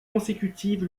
consécutive